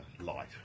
Light